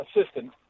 assistant